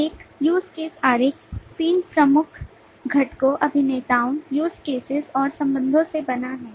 एक use case आरेख 3 प्रमुख घटकों अभिनेताओं use cases और संबंधों से बना है